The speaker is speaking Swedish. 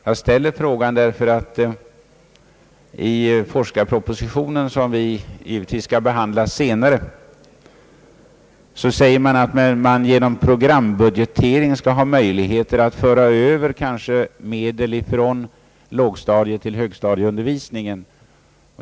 Jag ställer frågan därför att i forskningspropositionen, som vi skall behandla senare, säges det att man genom programbudgetering skall ha möjligheter att kanske föra över medel från lågstadietill högstadieundervisningen.